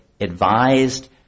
advised –